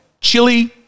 chili